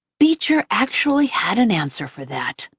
beecher actually had an answer for that.